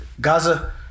Gaza